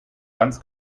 ganz